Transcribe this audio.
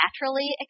naturally